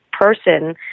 person